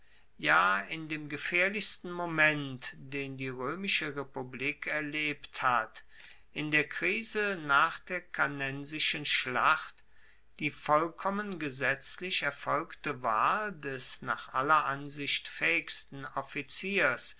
ja in dem gefaehrlichsten moment den die roemische republik erlebt hat in der krise nach der cannensischen schlacht die vollkommen gesetzlich erfolgte wahl des nach aller ansicht faehigsten offiziers